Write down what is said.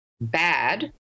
bad